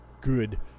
Good